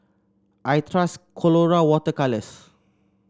I trust Colora Water Colours